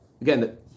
again